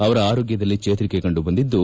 ಅವರ ಆರೋಗ್ಗದಲ್ಲಿ ಚೇತರಿಕೆ ಕಂಡು ಬಂದಿದ್ಲು